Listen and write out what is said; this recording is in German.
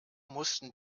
mussten